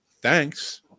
Thanks